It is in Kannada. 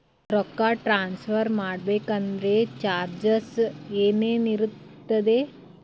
ರೊಕ್ಕ ಟ್ರಾನ್ಸ್ಫರ್ ಮಾಡಬೇಕೆಂದರೆ ಚಾರ್ಜಸ್ ಏನೇನಿರುತ್ತದೆ?